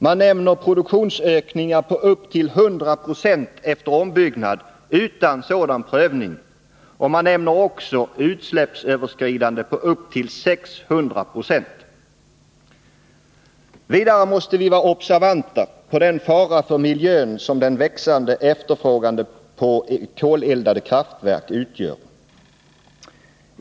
Man nämner produktionsökningar på upp till 100 26 efter ombyggnad utan sådan prövning och utsläppsöverskridanden på upp till 600 26. Vidare måste vi vara observanta på den fara för miljön som den växande efterfrågan på koleldade kraftverk utgör.